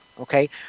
okay